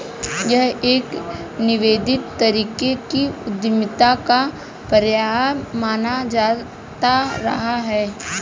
यह एक निवेदित तरीके की उद्यमिता का पर्याय माना जाता रहा है